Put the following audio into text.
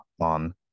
on